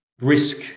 risk